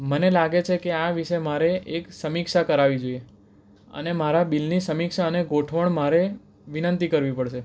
મને લાગે છે કે આ વિષે મારે એક સમીક્ષા કરાવી જોઈએ અને મારા બિલની સમીક્ષા અને ગોઠવણ મારે વિનંતી કરવી પડશે